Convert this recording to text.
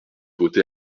voté